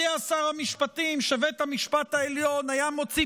יודע שר המשפטים שבית המשפט העליון היה מוציא